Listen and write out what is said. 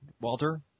Walter